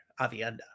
Avienda